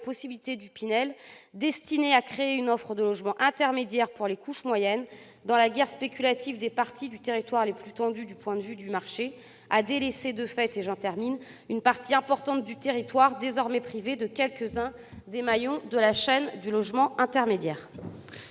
possibilités du dispositif Pinel, destiné à créer une offre de logements intermédiaires pour les couches moyennes, dans la guerre spéculative des parties du territoire les plus tendues du point de vue du marché, et à délaisser, de fait, une partie importante du territoire, désormais privée de quelques-uns des maillons de la chaîne du logement intermédiaire.